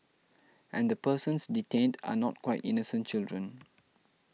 and the persons detained are not quite innocent children